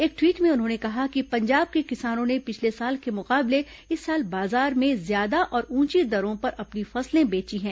एक ट्वीट में उन्होंने कहा कि पंजाब के किसानों ने पिछले साल के मुकाबले इस साल बाजार में ज्यादा और ऊंची दरों पर अपनी फसलें बेची हैं